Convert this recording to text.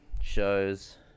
shows